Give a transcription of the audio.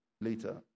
later